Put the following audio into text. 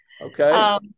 okay